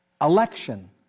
Election